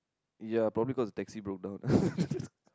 ya probably cause the taxi broke down lah